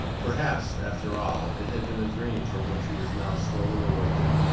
perhaps, after all, it had been a dream from which he was now slowly awaking.